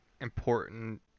important